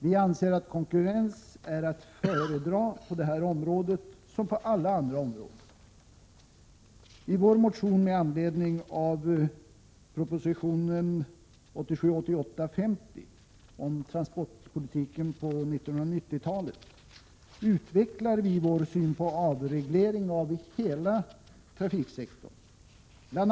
Vi anser att konkurrens är att föredra på detta område som på alla andra. I vår motion med anledning av proposition 1987/88:50 Trafikpolitiken inför 1990-talet utvecklar vi vår syn på avreglering av hela trafiksektorn. Bl.